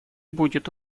будет